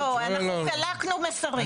לא, אנחנו חילקנו מסרים.